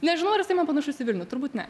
nežinau ar jisai man panašus į vilnių turbūt ne